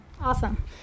Awesome